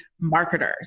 marketers